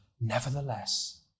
nevertheless